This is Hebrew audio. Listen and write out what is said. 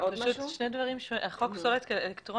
מה שבאופן עקרוני עושה חוק פסולת אלקטרונית,